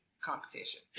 competition